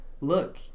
look